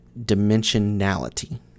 dimensionality